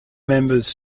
members